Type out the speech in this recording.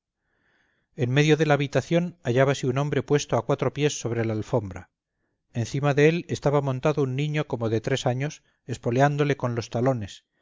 en medio de la estancia hallábase un hombre puesto a cuatro pies sobre la alfombra encima de él estaba montado un niño como de tres años espoleándole con los talones